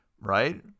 right